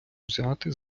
узяти